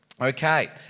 Okay